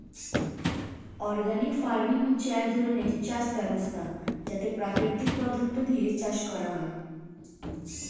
organic farming হচ্ছে এক ধরণের চাষ ব্যবস্থা যাতে প্রাকৃতিক পদার্থ দিয়ে চাষ করা হয়